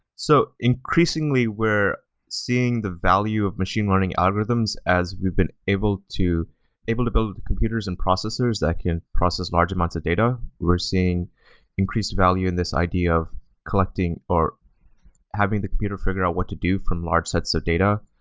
so increasingly, we're seeing the value of machine learning algorithms as we've been able to able to build computers and processors that can process large amounts of data. we're seeing increased value in this idea of collecting, or having the computer figure out what to do from large sets of data.